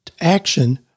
action